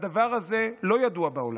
הדבר הזה לא ידוע בעולם.